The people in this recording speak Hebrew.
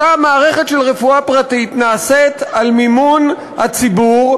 אותה מערכת של רפואה פרטית נעשית על מימון הציבור,